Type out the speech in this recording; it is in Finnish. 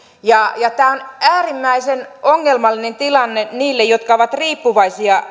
ja ja tämä on äärimmäisen ongelmallinen tilanne niille jotka ovat riippuvaisia